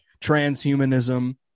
transhumanism